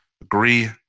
Agree